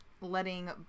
letting